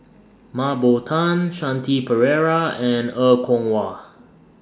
Mah Bow Tan Shanti Pereira and Er Kwong Wah